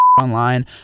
online